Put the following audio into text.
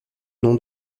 nom